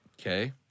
Okay